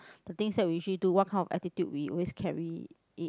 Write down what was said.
the things that we usually do what kind of attitude we always carry it